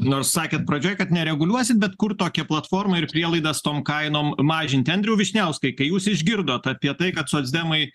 nors sakėt pradžioj kad nereguliuosit bet kurt tokią platformą ir prielaidas tom kainom mažinti andriau vyšniauskai kai jūs išgirdot apie tai kad socdemai